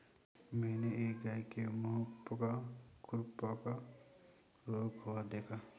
मैंने एक गाय के मुहपका खुरपका रोग हुए देखा था